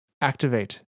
Activate